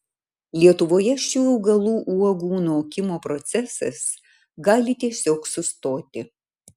lietuvoje šių augalų uogų nokimo procesas gali tiesiog sustoti